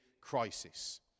crisis